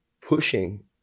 pushing